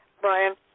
Brian